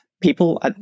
people